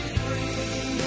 free